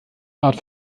art